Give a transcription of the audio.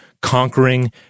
Conquering